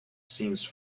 since